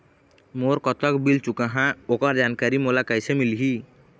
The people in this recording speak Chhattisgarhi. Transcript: मोर कतक बिल चुकाहां ओकर जानकारी मोला कैसे मिलही?